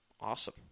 awesome